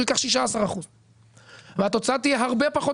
הוא ייקח 16%. והתוצאה תהיה הרבה פחות